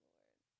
Lord